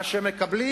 מה שהם מקבלים